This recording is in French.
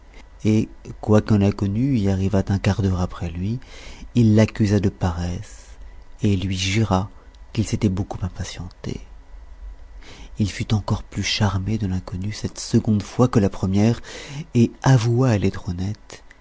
et quoique l'inconnue y arrivât un quart d'heure après lui il l'accusa de paresse et lui jura qu'il s'était beaucoup impatienté il fut encore plus charmé de l'inconnue cette seconde fois que la première et avoua à